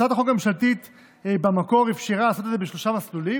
הצעת החוק הממשלתית במקור אפשרה לעשות זאת באחד משלושה מסלולים.